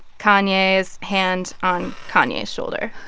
kanye's hand on kanye's shoulder